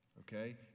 okay